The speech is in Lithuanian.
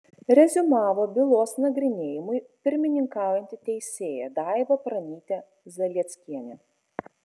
reziumavo bylos nagrinėjimui pirmininkaujanti teisėja daiva pranytė zalieckienė